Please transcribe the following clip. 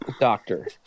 Doctor